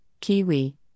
kiwi